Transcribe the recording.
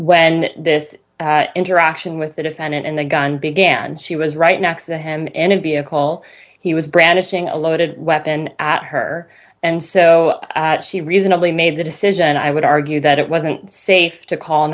when this interaction with the defendant and the gun began she was right next to him and be a call he was brandishing a loaded weapon at her and so she reasonably made the decision i would argue that it wasn't safe to call